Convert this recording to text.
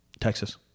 Texas